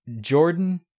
Jordan